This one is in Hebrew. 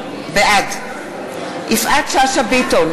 בעד יפעת שאשא ביטון,